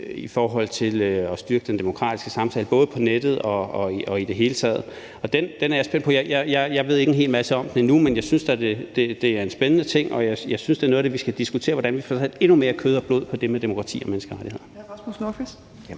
i forhold til at styrke den demokratiske samtale, både på nettet og i det hele taget, og den er jeg spændt på. Jeg ved ikke en hel masse om det, men jeg synes da, det er en spændende ting, og jeg synes, det er noget af det, vi skal diskutere, altså hvordan vi får endnu mere kød og blod på det med demokrati og menneskerettigheder.